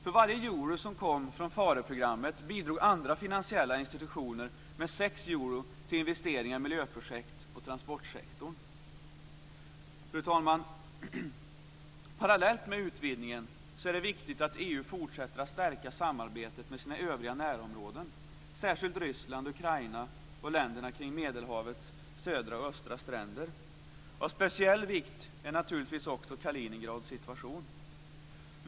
För varje euro som kom från Phareprogrammet bidrog andra finansiella institutioner med 6 euro till investeringar i miljöprojekt och transportsektorn. Fru talman! Parallellt med utvidgningen är det viktigt att EU fortsätter att stärka samarbetet med sina övriga närområden, särskilt Ryssland, Ukraina och länderna kring Medelhavets södra och östra stränder. Av speciell vikt är naturligtvis också Kaliningrads situation.